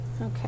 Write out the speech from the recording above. Okay